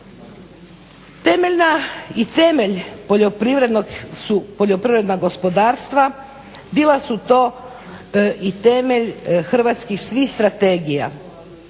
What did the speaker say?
poljoprivrednog su poljoprivredna gospodarstva. Bila su to i temelj hrvatskih svih strategija